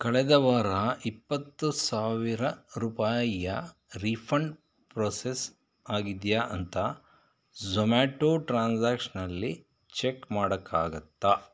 ಕಳೆದ ವಾರ ಇಪ್ಪತ್ತು ಸಾವಿರ ರೂಪಾಯಿಯ ರೀಫಂಡ್ ಪ್ರೋಸೆಸ್ ಆಗಿದೆಯಾ ಅಂತ ಝೊಮ್ಯಾಟೊ ಟ್ರಾನ್ಜಾಕ್ಷ್ನಲ್ಲಿ ಚೆಕ್ ಮಾಡೋಕ್ಕಾಗುತ್ತ